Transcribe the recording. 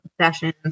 sessions